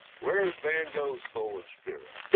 whereas van gogh's soul and spirit